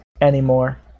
anymore